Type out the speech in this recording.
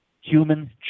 human